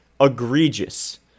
egregious